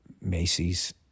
Macy's